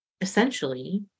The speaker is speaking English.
essentially